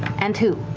and who?